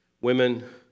Women